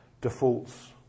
defaults